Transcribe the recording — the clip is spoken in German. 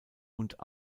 und